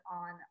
on